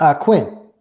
Quinn